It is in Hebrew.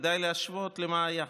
כדאי להשוות למה שהיה.